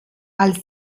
als